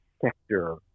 sector